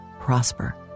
prosper